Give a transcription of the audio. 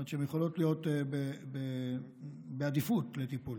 מכיוון שהן יכולות להיות בעדיפות לטיפול,